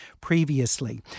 previously